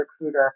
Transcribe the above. recruiter